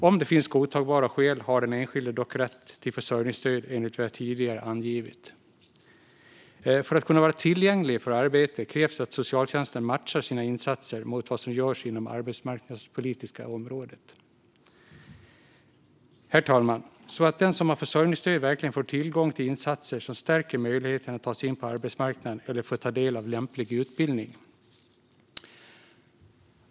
Om det finns godtagbara skäl har den enskilde dock rätt till försörjningsstöd enligt vad jag tidigare har angivit. För att man ska kunna vara tillgänglig för arbete krävs att socialtjänsten matchar sina insatser mot vad som görs inom det arbetsmarknadspolitiska området så att den som har försörjningsstöd verkligen får tillgång till insatser som stärker möjligheterna att ta sig in på arbetsmarknaden eller får ta del av lämplig utbildning.